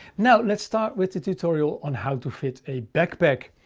now let's start with the tutorial on how to fit a backpack.